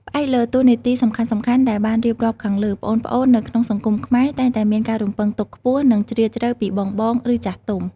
ផ្អែកលើតួនាទីសំខាន់ៗដែលបានរៀបរាប់ខាងលើ ប្អូនៗនៅក្នុងសង្គមខ្មែរតែងតែមានការរំពឹងទុកខ្ពស់ និងជ្រាលជ្រៅពីបងៗ ឬចាស់ទុំ។